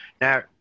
Now